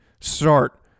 start